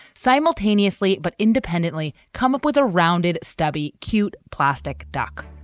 simultaneously but independently come up with a rounded, stubby, cute plastic duck.